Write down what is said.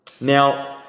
Now